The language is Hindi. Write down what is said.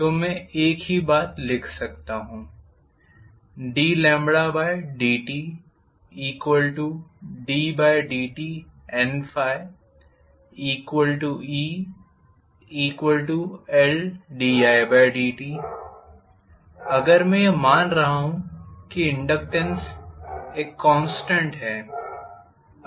तो मैं एक ही बात लिख सकता हूं ddtdNdteLdidt अगर मैं यह मान रहा हूं कि इनडक्टेन्स एक कॉन्स्टेंट है